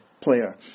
player